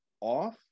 off